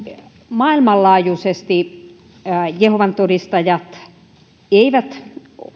maailmanlaajuisesti jehovan todistajat eivät